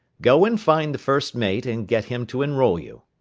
go and find the first mate, and get him to enrol you.